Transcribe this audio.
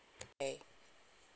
okay